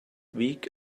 week